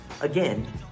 Again